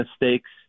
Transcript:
mistakes